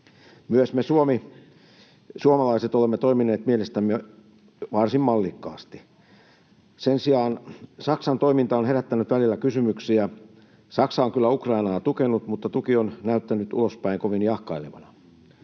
Myös me suomalaiset olemme toimineet mielestäni varsin mallikkaasti. Sen sijaan Saksan toiminta on herättänyt välillä kysymyksiä. Saksa on kyllä Ukrainaa tukenut, mutta tuki on näyttänyt ulospäin kovin jahkailevalta.